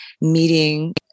meeting